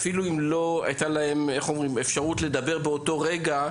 אפילו אם לא הייתה להם אפשרות לדבר באותו רגע,